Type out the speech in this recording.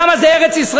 למה, זה ארץ-ישראל?